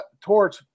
torch